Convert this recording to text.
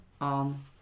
on